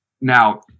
now